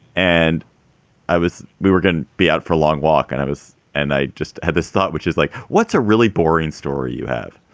and i was we were gonna be out for a long walk. and i was. and i just had this thought, which is like, what's a really boring story you have?